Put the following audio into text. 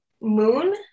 moon